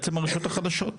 בעצם הרשויות החדשות.